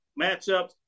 matchups